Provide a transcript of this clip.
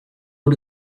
oer